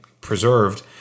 preserved